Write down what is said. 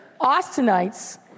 Austinites